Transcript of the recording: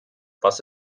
was